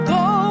go